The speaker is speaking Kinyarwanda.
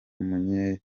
umunyezamu